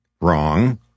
Wrong